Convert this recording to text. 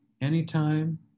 anytime